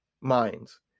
minds